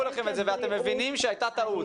לכם את זה ואתם מבינים שהייתה טעות,